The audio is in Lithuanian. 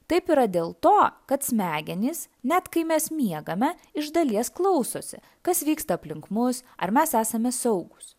taip yra dėl to kad smegenys net kai mes miegame iš dalies klausosi kas vyksta aplink mus ar mes esame saugūs